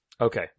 Okay